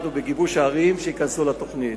בגיבוש רשימת הערים שייכנסו לתוכנית.